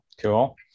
Cool